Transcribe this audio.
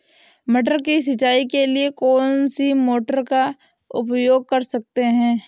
मटर की सिंचाई के लिए कौन सी मोटर का उपयोग कर सकते हैं?